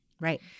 Right